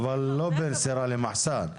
אבל לא בין סירה למחסן.